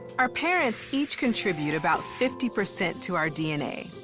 our parents each contribute about fifty percent to our dna.